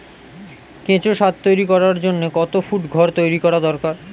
কেঁচো সার তৈরি করার জন্য কত ফুট ঘর তৈরি করা দরকার?